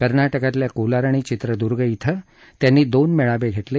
कर्नाटकातल्या कोलार आणि चित्रदुर्ग कें त्यांनी दोन मेळावे घेतले